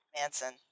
Manson